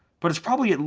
but it's probably, and